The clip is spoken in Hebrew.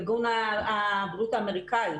ארגון הבריאות האמריקני.